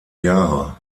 jahre